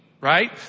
right